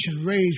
rage